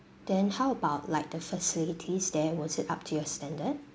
then how about like the facilities there was it up to your standard